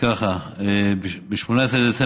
בשנת 2015